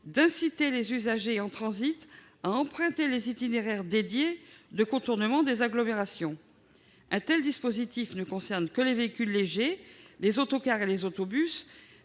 d'inciter les usagers en transit à emprunter les itinéraires dédiés de contournement des agglomérations. Un tel dispositif ne concerne que les véhicules légers, les autocars et les autobus.